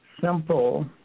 simple